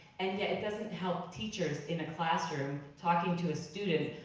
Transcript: and yet it doesn't help teachers in a classroom, talking to a student,